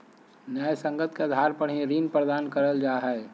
न्यायसंगत के आधार पर ही ऋण प्रदान करल जा हय